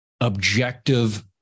Objective